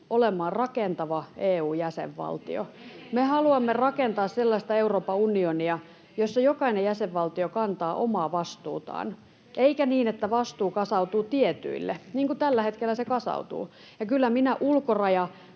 perussuomalaisten ryhmästä] Me haluamme rakentaa sellaista Euroopan unionia, jossa jokainen jäsenvaltio kantaa omaa vastuutaan, eikä niin, että vastuu kasautuu tietyille maille, niin kuin tällä hetkellä se kasautuu. Kyllä minä ulkorajavaltion